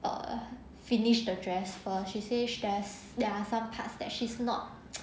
err finish the dress first she says there's ya are some parts that she's not